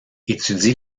étudie